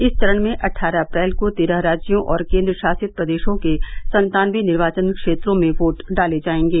इस चरण में अट्ठारह अप्रैल को तेरह राज्यों और केन्द्र शासित प्रदेशों के सन्तानवे निर्वाचन क्षेत्रों में वोट डाले जायेंगे